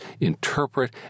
interpret